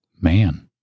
man